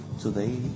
today